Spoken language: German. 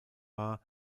war